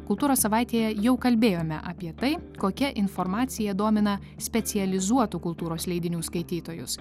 kultūros savaitėje jau kalbėjome apie tai kokia informacija domina specializuotų kultūros leidinių skaitytojus